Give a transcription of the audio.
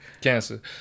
Cancer